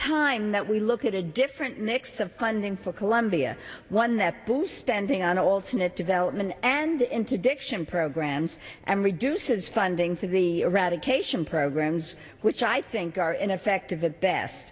time that we look at a different mix of funding for colombia one that boosts spending on alternate development and into diction programs and reduces funding for the eradication programs which i think are in effect